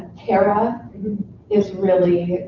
cara is really,